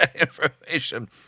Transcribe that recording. information